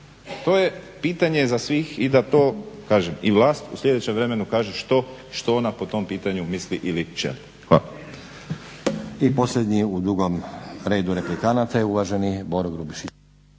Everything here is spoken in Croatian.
To je pitanje za svih i da to kažem i vlast u sljedećem vremenu kaže što ona po tom pitanju misli ili će. Hvala. **Stazić, Nenad (SDP)** I posljednji u dugom redu replikanata je uvaženi Boro Grubišić.